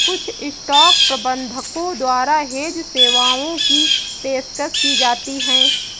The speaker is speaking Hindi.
कुछ स्टॉक प्रबंधकों द्वारा हेज सेवाओं की पेशकश की जाती हैं